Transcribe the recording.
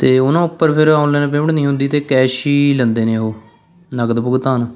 ਅਤੇ ਉਹਨਾਂ ਉੱਪਰ ਫਿਰ ਔਨਲਾਈਨ ਪੇਮੈਂਟ ਨਹੀਂ ਹੁੰਦੀ ਅਤੇ ਕੈਸ਼ ਹੀ ਲੈਂਦੇ ਨੇ ਉਹ ਨਗਦ ਭੁਗਤਾਨ